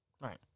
right